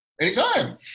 Anytime